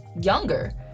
younger